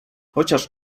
chociaż